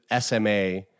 SMA